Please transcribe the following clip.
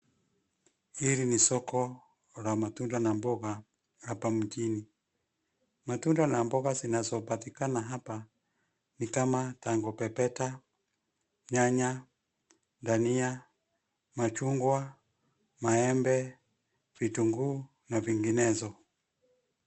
Hili ni soko la matunda na mboga hapa mjini. Matunda na mboga zinazopatikana hapa nikama tango pepeta, nyanya, dania, machungwa, maembe, vitunguuu na vinginezo.